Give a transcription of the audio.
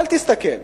אל תסתכל,